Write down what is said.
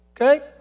okay